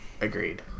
Agreed